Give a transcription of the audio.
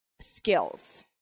skills